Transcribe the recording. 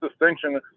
distinction